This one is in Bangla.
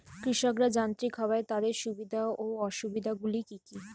কৃষকরা যান্ত্রিক হওয়ার তাদের সুবিধা ও অসুবিধা গুলি কি কি?